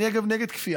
אני, אגב, נגד כפייה.